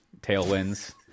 tailwinds